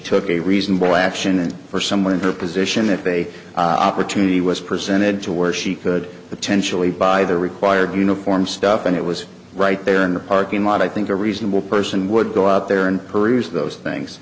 took a reasonable action and for someone in her position that day opportunity was presented to where she could potentially buy the required uniform stuff and it was right there in the parking lot i think a reasonable person would go up there and peruse those things